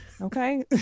okay